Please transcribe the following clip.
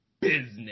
business